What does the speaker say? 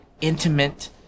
intimate